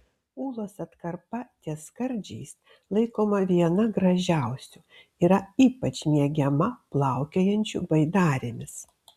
ūlos atkarpa ties skardžiais laikoma viena gražiausių yra ypač mėgiama plaukiojančių baidarėmis